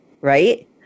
right